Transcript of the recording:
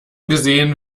gesehen